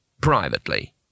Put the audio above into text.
Privately